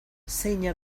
zeina